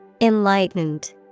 Enlightened